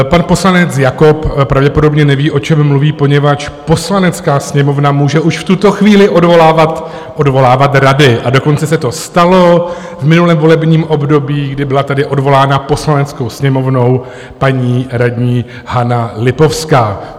Pan poslanec Jakob pravděpodobně neví, o čem mluví, poněvadž Poslanecká sněmovna může už v tuto chvíli odvolávat rady, a dokonce se to stalo v minulém volebním období, kdy byla tady odvolána Poslaneckou sněmovnou paní radní Hana Lipovská.